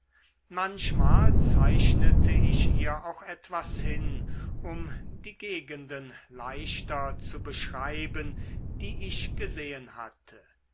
manchmal zeichnete ich ihr auch etwas hin um die gegenden leichter zu beschreiben die ich gesehn hatte